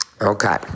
Okay